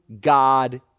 God